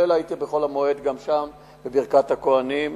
הייתי שם בחול-המועד בברכת הכוהנים.